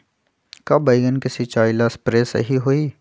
का बैगन के सिचाई ला सप्रे सही होई?